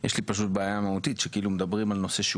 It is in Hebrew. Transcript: רק לקווים הספציפיים האלה?